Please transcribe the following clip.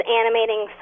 animating